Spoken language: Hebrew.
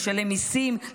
לשלם מיסים,